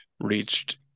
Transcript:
reached